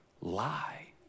lie